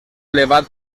elevat